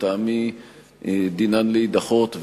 לטעמי דינן להידחות.